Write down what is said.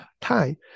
time